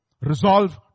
Resolve